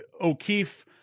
O'Keefe